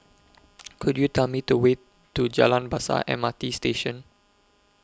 Could YOU Tell Me The Way to Jalan Besar M R T Station